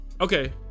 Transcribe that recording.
Okay